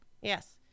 Yes